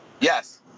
Yes